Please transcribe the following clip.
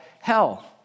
hell